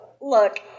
Look